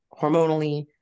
hormonally